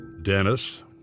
Dennis